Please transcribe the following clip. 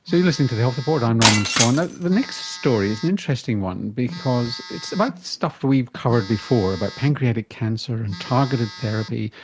so listening to the health report, i'm norman swan. ah the next story is an and interesting one because it's about stuff we've covered before about pancreatic cancer and targeted therapy,